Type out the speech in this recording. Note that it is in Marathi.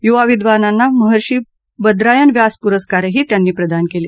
युवा विद्वानांना महर्षी बद्रायन व्यास पुरस्कारही त्यांनी प्रदान केले